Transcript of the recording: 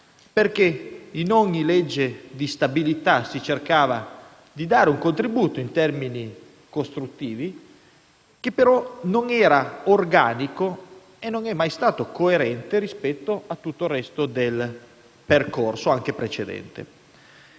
perché in ogni legge di stabilità si è cercato di dare un contributo in termini costruttivi, che però non è mai stato organico e coerente con tutto il resto del percorso, anche precedente.